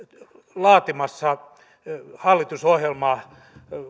laatimassa hallitusohjelmaa